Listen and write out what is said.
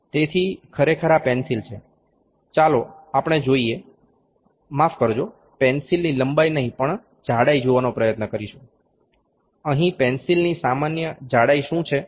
તેથી ખરેખર આ પેન્સિલ છે ચાલો આપણે જોઈએ માફ કરજો પેન્સિલની લંબાઈ નહી પણ જાડાઇ જોવાનો પ્રયત્ન કરશુ અહી પેન્સિલની સામાન્ય જાડાઈ શું છે